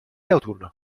autunno